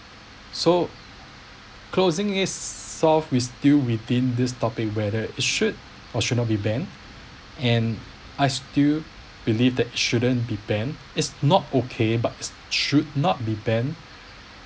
so closing is solved we still within this topic whether should or should not be banned and I still believe that shouldn't be banned is not okay but should not be banned